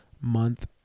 month